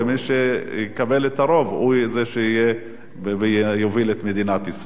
ומי שיקבל את הרוב הוא יהיה זה שיוביל את מדינת ישראל.